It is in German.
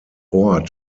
ort